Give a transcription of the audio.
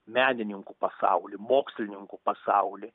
menininkų pasaulį mokslininkų pasaulį